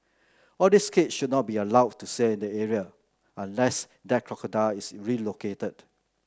all these kids should not be allowed to sail in the area unless that crocodile is relocated